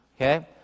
okay